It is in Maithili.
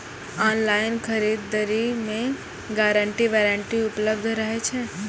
ऑनलाइन खरीद दरी मे गारंटी वारंटी उपलब्ध रहे छै?